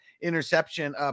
interception